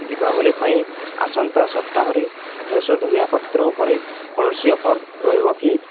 ଦୀପାବଳି ପାଇଁ ଆସନ୍ତା ସପ୍ତାହରେ ଫ୍ରେଶୋ ଧନିଆ ପତ୍ର ଉପରେ କୌଣସି ଅଫର୍ ରହିବ କି